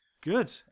Good